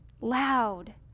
loud